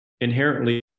inherently